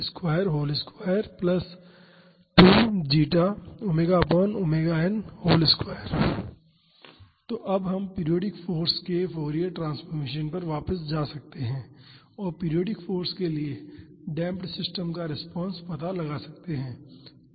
D C तो अब हम पीरियाडिक फाॅर्स के फॉरिएर ट्रांसफॉर्मेशन पर वापस आ सकते हैं और पीरियाडिक फाॅर्स के लिए डेम्प्ड सिस्टम्स का रिस्पांस पता लगा सकते हैं